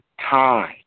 time